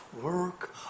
work